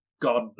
God